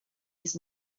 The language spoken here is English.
his